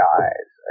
eyes